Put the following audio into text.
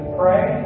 pray